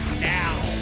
now